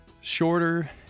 shorter